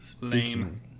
Lame